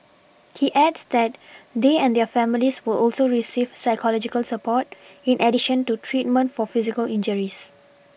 he adds that they and their families will also receive psychological support in addition to treatment for physical injuries